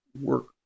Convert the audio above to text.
work